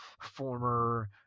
former